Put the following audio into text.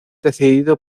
decidido